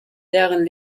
deren